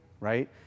right